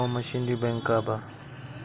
Form machinery bank का बा?